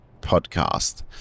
podcast